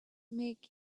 make